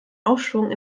aufschwung